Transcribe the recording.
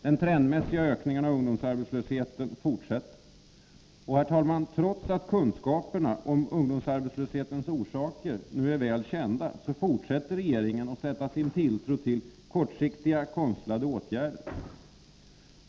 Den trendmässiga ökningen av antalet arbetslösa ungdomar fortsätter. Trots att kunskaperna om ungdomsarbetslöshetens orsaker nu är väl kända fortsätter regeringen att sätta sin tilltro till kortsiktiga konstlade åtgärder.